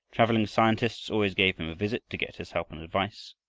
traveling scientists always gave him a visit to get his help and advice.